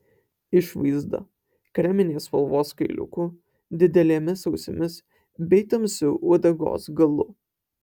išvaizda kreminės spalvos kailiuku didelėmis ausimis bei tamsiu uodegos galu